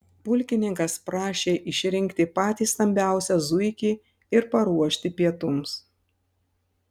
pulkininkas prašė išrinkti patį stambiausią zuikį ir paruošti pietums